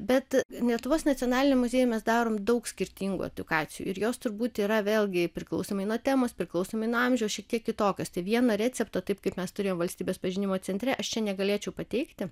bet lietuvos nacionaliniam muziejui mes darom daug skirtingų edukacijų ir jos turbūt yra vėlgi priklausomai nuo temos priklausomai nuo amžiaus šiek tiek kitokios tai vieno recepto taip kaip mes turėjom valstybės pažinimo centre aš čia negalėčiau pateikti